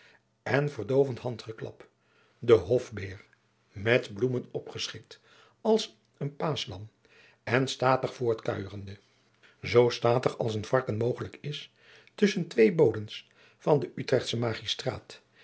en verdoovend handgeklap de hof beer met bloemen opgeschikt als een paaschlam en statig voort kuierende zoo statig als een varken mogelijk is tusschen twee bodens van de utrechtsche magistraat